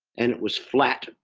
and it was flat.